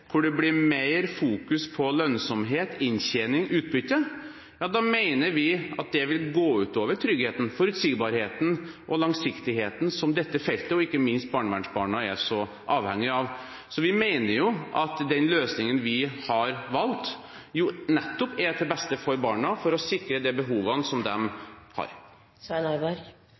hvor det blir mer kortsiktighet, hvor det blir mer fokus på lønnsomhet, inntjening og utbytte, da mener vi at det vil gå ut over tryggheten, forutsigbarheten og langsiktigheten som dette feltet og ikke minst barnevernsbarna er så avhengig av. Vi mener at den løsningen vi har valgt, nettopp er til beste for barna for å sikre de behovene som